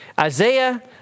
Isaiah